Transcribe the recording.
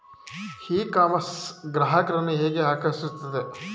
E commerce ಗ್ರಾಹಕರನ್ನು ಹೇಗೆ ಆಕರ್ಷಿಸುತ್ತದೆ?